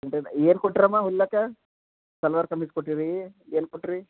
ಏನು ಕೊಟ್ಟರಮ್ಮ ಹೊಲ್ಲಕ್ಕೆ ಸಲ್ವಾರ್ ಕಮೀಝ್ ಕೊಟ್ಟಿರೀ ಏನು ಕೊಟ್ರಿ